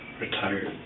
retired